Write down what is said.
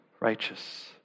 righteous